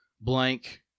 blank